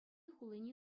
хулине